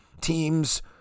team's